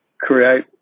create